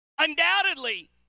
Undoubtedly